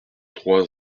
trois